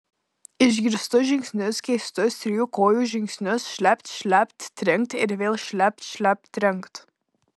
išgirstu žingsnius keistus trijų kojų žingsnius šlept šlept trinkt ir vėl šlept šlept trinkt